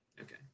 okay